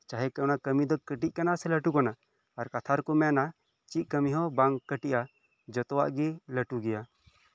ᱪᱟᱦᱮ ᱚᱱᱟ ᱠᱟᱹᱢᱤ ᱫᱚ ᱠᱟᱹᱴᱤᱡ ᱠᱟᱱᱟ ᱥᱮ ᱞᱟᱹᱴᱩ ᱠᱟᱱᱟ ᱟᱨ ᱠᱟᱛᱷᱟ ᱨᱮᱠᱚ ᱢᱮᱱᱟ ᱪᱮᱫ ᱠᱟᱹᱢᱤ ᱦᱚᱸ ᱵᱟᱝ ᱠᱟᱹᱴᱤᱡᱼᱟ ᱡᱷᱚᱛᱚᱣᱟᱜ ᱜᱮ ᱞᱟᱹᱴᱩ ᱜᱮᱭᱟ